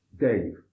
Dave